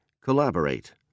Collaborate